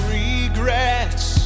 regrets